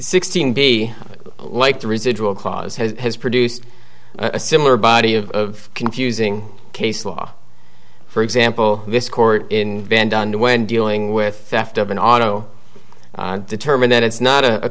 sixteen be like the residual clause has produced a similar body of confusing case law for example this court in bend on when dealing with an auto determine that it's not a